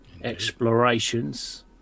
explorations